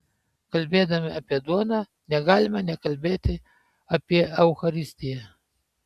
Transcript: kalbėdami apie duoną negalime nekalbėti apie eucharistiją